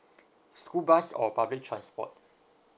school bus or public transport